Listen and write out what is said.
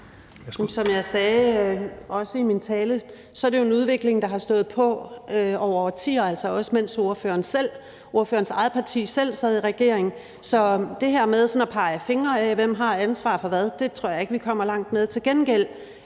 Som jeg også sagde i min tale, er det jo en udvikling, der har stået på i årtier, altså også mens ordførerens eget parti selv sad i regering. Så det her med at pege fingre ad, hvem der har ansvar for hvad, tror jeg ikke at vi kommer langt med. Til gengæld